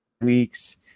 weeks